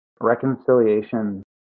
reconciliation